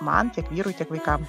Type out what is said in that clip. man tiek vyrui tiek vaikam